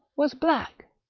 was black,